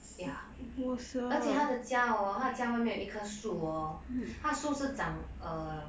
ya 而且她的家外面有一棵树 hor 她的树是长 um